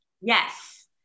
Yes